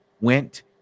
went